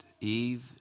Eve